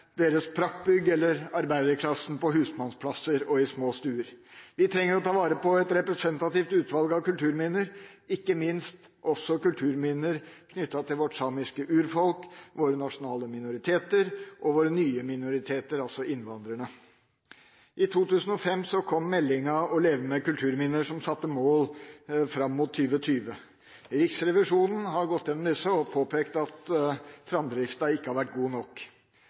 deres praktbygg eller arbeiderklassen på husmannsplasser og i små stuer. Vi trenger å ta vare på et representativt utvalg av kulturminner, ikke minst også kulturminner knyttet til vårt samiske urfolk, våre nasjonale minoriteter og våre nye minoriteter – altså innvandrerne. I 2005 kom meldingen Å leve med kulturminner, som satte mål fram mot 2020. Riksrevisjonen har gått igjennom disse og påpekt at framdriften ikke har vært god nok.